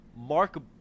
mark